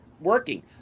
working